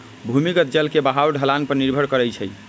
भूमिगत जल के बहाव ढलान पर निर्भर करई छई